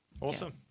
awesome